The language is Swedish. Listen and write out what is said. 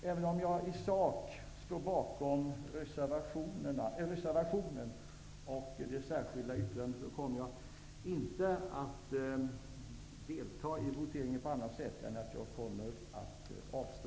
Även om jag i sak står bakom reservationen och det särskilda yttrandet, kommer jag inte att delta i voteringen på annat sätt än att jag kommer att avstå.